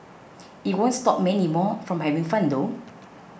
it won't stop many more from having fun though